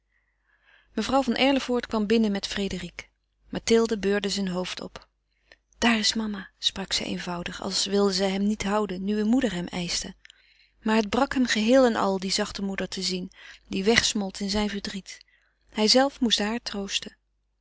mevrouw van erlevoort kwam binnen met frédérique mathilde beurde zijn hoofd op daar is mama sprak zij eenvoudig als wilde zij hem niet houden nu een moeder hem eischte maar het brak hem geheel en al die zachte moeder te zien die wegsmolt in zijn verdriet hijzelve moest haar troosten